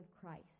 Christ